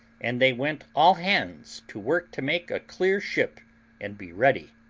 and they went all hands to work to make a clear ship and be ready.